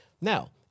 Now